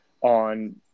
on